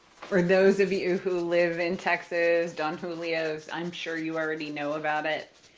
for those of you who live in texas, don julio's, i'm sure you already know about it.